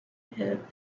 help